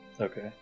Okay